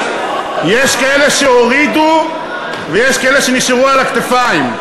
יש כאלה שהורידו ויש כאלה שנשארו על הכתפיים.